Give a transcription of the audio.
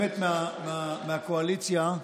אני רוצה לדבר אל החברים מהקואליציה.